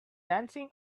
dancing